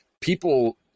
people